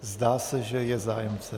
Zdá se, že je zájemce.